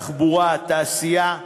תחבורה ותעשייה,